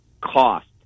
cost